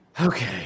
okay